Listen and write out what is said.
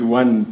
one